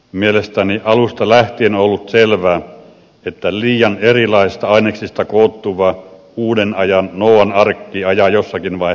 mielestäni alusta lähtien on ollut selvää että liian erilaisista aineksista koostuva uuden ajan nooan arkki ajaa jossakin vaiheessa karille